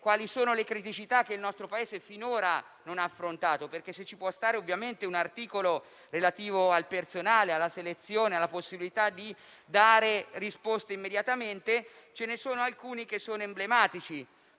quali sono le criticità che il nostro Paese finora non ha affrontato. Se ci può stare un articolo relativo al personale, alla selezione, alla possibilità di dare risposte immediatamente, ce ne sono alcuni emblematici: